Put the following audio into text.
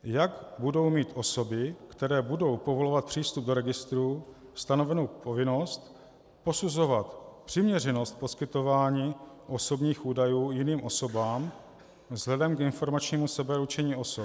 Jak budou mít osoby, které budou povolovat přístup do registrů, stanovenu povinnost posuzovat přiměřenost poskytování osobních údajů jiným osobám vzhledem k informačnímu sebeurčení osob?